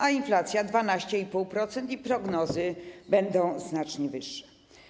A inflacja - 12,5% i prognozy będą znacznie wyższe.